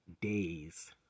days